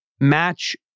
match